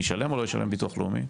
ישלם או לא ישלם ביטוח לאומי?